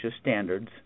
standards